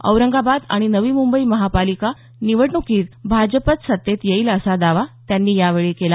औरंगाबाद आणि नवी मुंबई महापालिका निवडणुकीत भाजपच सत्तेत येईल असा दावा त्यांनी यावेळी केला